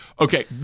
Okay